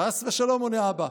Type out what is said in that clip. חס ושלום, עונה האבא.